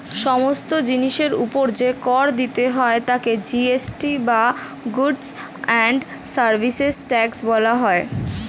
সমস্ত জিনিসের উপর যে কর দিতে হয় তাকে জি.এস.টি বা গুডস্ অ্যান্ড সার্ভিসেস ট্যাক্স বলা হয়